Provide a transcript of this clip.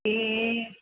ए